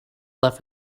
left